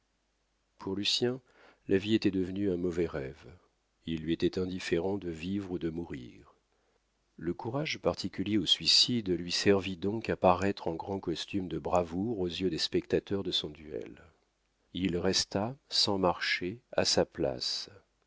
pour lucien la vie était devenue un mauvais rêve il lui était indifférent de vivre ou de mourir le courage particulier au suicide lui servit donc à paraître en grand costume de bravoure aux yeux des spectateurs de son duel il resta sans marcher à sa place